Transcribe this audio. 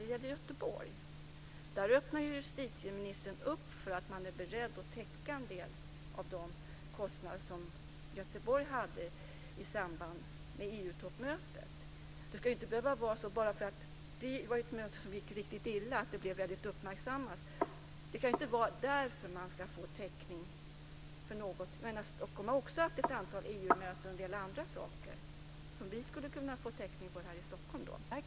När det gäller Göteborg öppnar justitieministern för att man är beredd att täcka en del av de kostnader som Göteborg hade i samband med EU toppmötet. Det var ett möte som gick riktigt illa och blev uppmärksammat. Det kan inte vara därför man ska få täckning. Stockholm har också haft ett antal EU-möten och en del andra arrangemang som vi skulle kunna få täckning för.